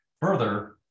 Further